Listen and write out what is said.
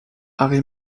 harry